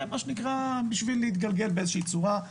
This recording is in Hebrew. מה שנקרא בשביל להתגלגל באיזו שהיא צורה.